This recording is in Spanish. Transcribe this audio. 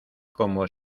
como